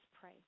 pray